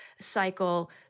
cycle